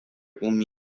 umi